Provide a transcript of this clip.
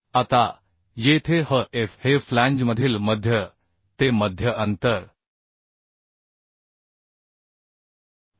आता येथे hf हे फ्लॅंजमधील मध्य ते मध्य अंतर आहे